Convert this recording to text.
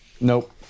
Nope